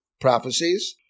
prophecies